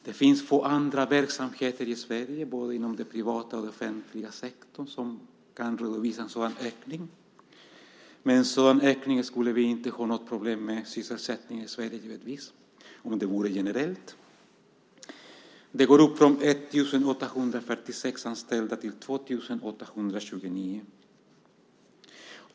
Det finns få andra verksamheter i Sverige, både när det gäller den privata och den offentliga sektorn, som kan redovisa en sådan ökning. Med en sådan ökning skulle vi givetvis inte ha något problem med sysselsättningen i Sverige, om det vore generellt. Antalet anställda har ökat från 1 846 till 2 829.